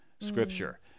scripture